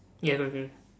ya